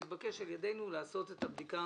יתבקש על ידינו לעשות את הבדיקה